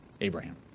Abraham